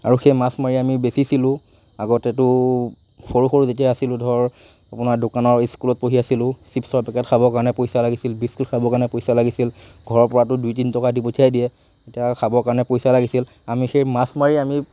আৰু সেই মাছ মাৰি আমি বেচিছিলোঁ আগতেতো সৰু সৰু যেতিয়া আছিলো ধৰ আপোনাৰ দোকানৰ স্কুলত পঢ়ি আছিলোঁ চিপচৰ পেকেট খাবৰ কাৰণে পইচা লাগিছিল বিস্কুট খাবৰ কাৰণে পইচা লাগিছিল ঘৰৰ পৰাতো দুই তিনি টকা দি পঠিয়াই দিয়ে এতিয়া খাবৰ কাৰণে পইচা লাগিছিল আমি সেই মাছ মাৰি আমি